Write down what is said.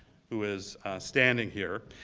who is standing here,